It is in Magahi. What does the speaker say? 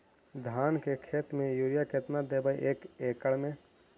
धान के खेत में युरिया केतना देबै एक एकड़ में?